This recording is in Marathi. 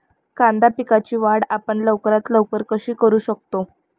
कांदा पिकाची वाढ आपण लवकरात लवकर कशी करू शकतो?